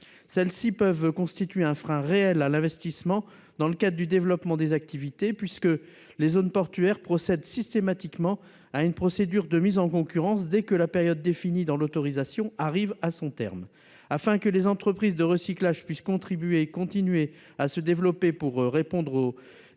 Elles peuvent constituer un frein réel à l'investissement dans le cadre du développement des activités, puisque les zones portuaires lancent systématiquement une procédure de mise en concurrence dès que la période définie dans l'autorisation arrive à son terme. Afin que les entreprises de recyclage puissent continuer à se développer pour répondre aux défis